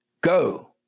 go